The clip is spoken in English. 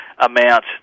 amount